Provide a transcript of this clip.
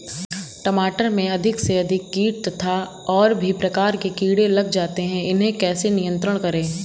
टमाटर में अधिक से अधिक कीट तथा और भी प्रकार के कीड़े लग जाते हैं इन्हें कैसे नियंत्रण करें?